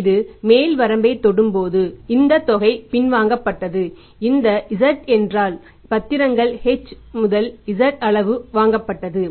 இது மேல் வரம்பைத் தொடும்போது இந்த தொகை பின்வாங்கப்பட்டது இந்த z என்றால் பத்திரங்களின் h z அளவு வாங்கப்பட்டது